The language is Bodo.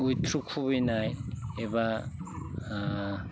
अवेइट थ्र' खुबैनाय एबा